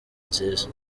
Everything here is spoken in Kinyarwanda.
nziza